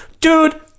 Dude